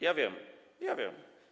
Ja wiem, ja wiem.